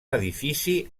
edifici